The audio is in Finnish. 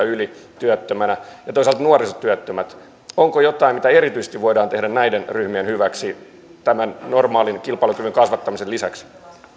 yli satanakahtenakymmenenätuhantena työttömänä ja toisaalta nuorisotyöttömät onko jotain mitä erityisesti voidaan tehdä näiden ryhmien hyväksi tämän normaalin kilpailukyvyn kasvattamisen lisäksi